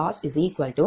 0005Pg120